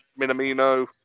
Minamino